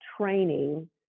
training